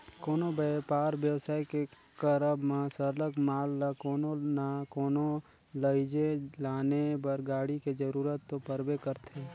कोनो बयपार बेवसाय के करब म सरलग माल ल कोनो ना कोनो लइजे लाने बर गाड़ी के जरूरत तो परबे करथे